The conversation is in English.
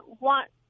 want